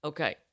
Okay